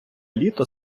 літо